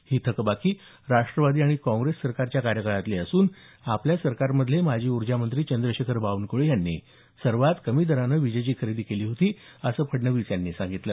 ही थकबाकी राष्ट्रवादी आणि काँग्रेस सरकारच्या कार्यकाळातली असून आपल्या सरकारमधले माजी ऊर्जामंत्री चंद्रशेखर बावनकुळे यांनी सर्वात कमी दरात विजेची खरेदी केली होती असं फडणवीस म्हणाले